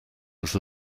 was